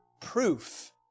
proof